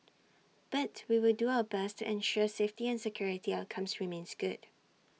but we will do our best to ensure safety and security outcomes remains good